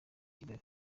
kigali